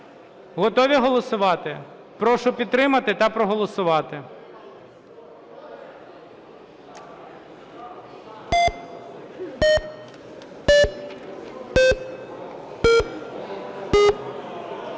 Готові голосувати? Прошу підтримати та проголосувати.